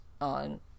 on